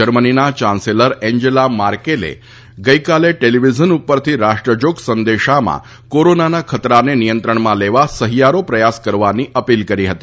જર્મનીના chancellor Angela માર્કેલે ગઈકાલે ટેલિવિઝન ઉપરથી રાષ્ટ્રજોગ સંદેશામાં કોરોનાના ખતરાને નિયંત્રણમાં લેવા સહિયારો પ્રયાસ કરવાની અપીલ કરી હતી